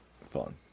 Fun